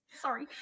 Sorry